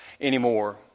anymore